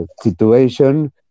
situation